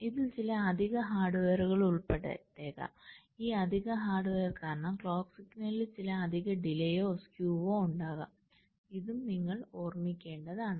ഇതിൽ ചില അധിക ഹാർഡ്വെയർ ഉൾപ്പെട്ടേക്കാം ഈ അധിക ഹാർഡ്വെയർ കാരണം ക്ലോക്ക് സിഗ്നലിൽ ചില അധിക ഡിലെയോ സ്ക്യുവോ ഉണ്ടാകാം ഇതും നിങ്ങൾ ഓർമ്മിക്കേണ്ടതാണ്